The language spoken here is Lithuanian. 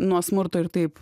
nuo smurto ir taip